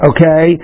Okay